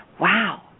wow